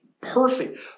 perfect